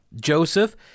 Joseph